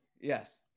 Yes